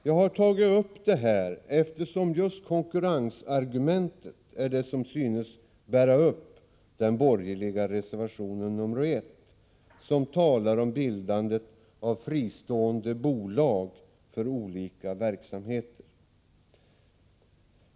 Jag har tagit upp detta, eftersom just konkurrensargumentet är det som synes bära upp den borgerliga reservationen nr 1, där det talas om bildandet av fristående bolag för olika verksamheter.